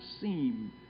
seem